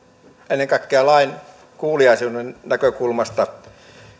ennen kaikkea lainkuuliaisuuden näkökulmasta